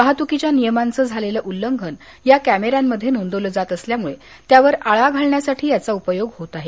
वाहतुकीच्या नियमांचं झालेलं उल्लंघन या कॅमेऱ्यांमध्ये नोंदवलं जात असल्यामुळे त्यावर आळा घालण्यासाठी याचा उपयोग होत आहे